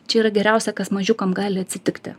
čia yra geriausia kas mažiukam gali atsitikti